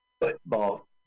Football